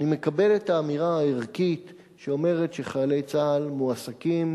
אני מקבל את האמירה הערכית שאומרת שחיילי צה"ל מועסקים